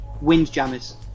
Windjammers